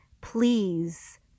please